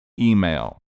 email